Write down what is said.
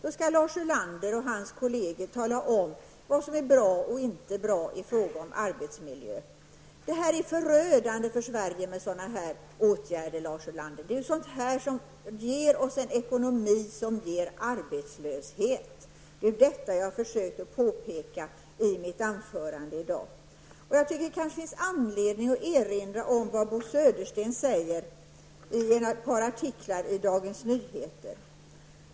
Och Lars Ulander och hans kolleger skall tala om vad som är bra och inte bra i fråga om arbetsmiljön. Det är förödande för Sverige med sådana åtgärder, Lars Ulander. Det är ju sådant som ger oss en ekonomi som leder till arbetslöshet. Det är ju detta som jag har försökt att påpeka i mitt anförande i dag. Det finns kanske anledning att erinra om vad Bo Södersten säger i ett par artiklar i Dagens Nyheter.